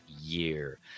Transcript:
year